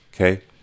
okay